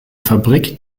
fabrik